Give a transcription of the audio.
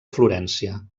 florència